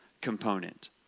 component